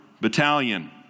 battalion